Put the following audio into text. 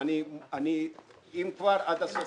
אם כבר, נלך עד הסוף.